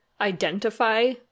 identify